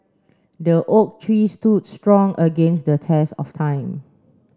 the oak tree stood strong against the test of time